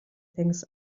things